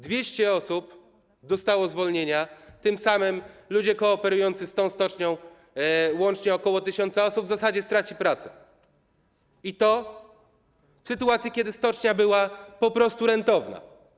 200 osób dostało zwolnienia, tym samym ludzie kooperujący z tą stocznią, łącznie ok. 1 tys. osób, w zasadzie stracą pracę, i to w sytuacji, kiedy stocznia była po prostu rentowna.